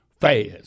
fast